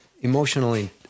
emotionally